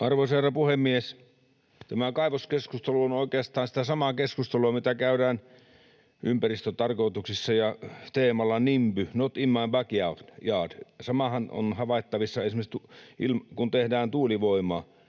Arvoisa herra puhemies! Tämä kaivoskeskustelu on oikeastaan sitä samaa keskustelua, mitä käydään ympäristötarkoituksessa ja teemalla ”nimby” — not in my backyard. Samaahan on havaittavissa esimerkiksi, kun tehdään tuulivoimaa.